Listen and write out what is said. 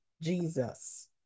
Jesus